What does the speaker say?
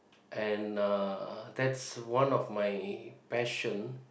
and uh that's one of my passion